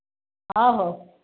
ହଉ ହଉ ହଉ